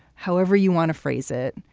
however you want to phrase it.